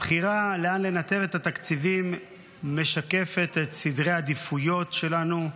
הבחירה לאן לנתב את התקציבים משקפת את סדרי העדיפויות שלנו,